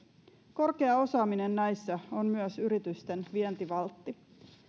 korkea osaaminen näissä on myös yritysten vientivaltti